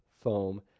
foam